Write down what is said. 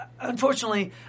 Unfortunately